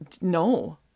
No